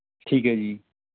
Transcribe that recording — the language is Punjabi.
ਠੀਕ ਹੈ ਜੀ